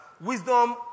wisdom